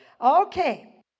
Okay